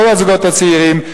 כל הזוגות הצעירים,